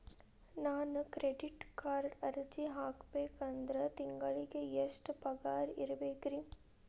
ನಾನು ಕ್ರೆಡಿಟ್ ಕಾರ್ಡ್ಗೆ ಅರ್ಜಿ ಹಾಕ್ಬೇಕಂದ್ರ ತಿಂಗಳಿಗೆ ಎಷ್ಟ ಪಗಾರ್ ಇರ್ಬೆಕ್ರಿ?